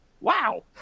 Wow